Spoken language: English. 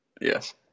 Yes